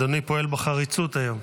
אדוני פועל בחריצות היום.